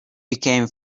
became